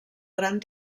gran